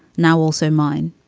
now also mine.